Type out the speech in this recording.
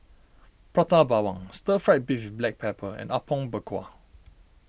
Prata Bawang Stir Fried Beef with Black Pepper and Apom Berkuah